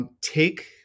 Take